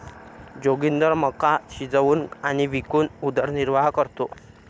जोगिंदर मका शिजवून आणि विकून उदरनिर्वाह करतो